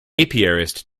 apiarist